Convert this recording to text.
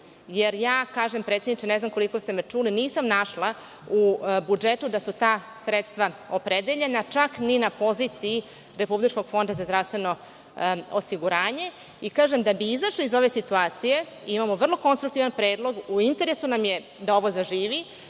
jer kažem, predsedniče, ne znam koliko ste me čuli, nisam u budžetu da su ta sredstva opredeljena, čak ni na poziciji Republičkog fonda za zdravstveno osiguranje. Kažem, da bi izašli iz ove situacije, imamo vrlo konstruktivan predlog, u interesu nam je da ovo zaživi.